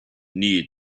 need